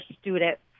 students